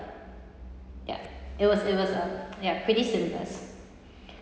ya it was it was uh ya pretty seamless